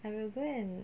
I will go and